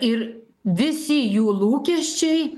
ir visi jų lūkesčiai